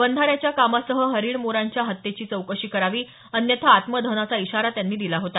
बंधाऱ्याच्या कामासह हरीण मोरांच्या हत्येची चौकशी करावी अन्यथा आत्मदहनाचा इशारा त्यांनी दिला होता